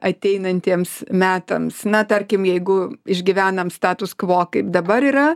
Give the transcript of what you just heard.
ateinantiems metams na tarkim jeigu išgyvenam status kvo kai dabar yra